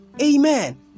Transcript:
Amen